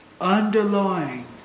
underlying